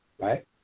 Right